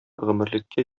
гомерлеккә